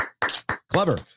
Clever